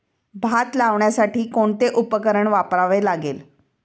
भात लावण्यासाठी कोणते उपकरण वापरावे लागेल?